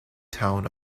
town